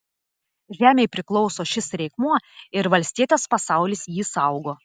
žemei priklauso šis reikmuo ir valstietės pasaulis jį saugo